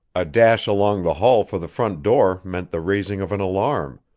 a dash along the hall for the front door meant the raising of an alarm,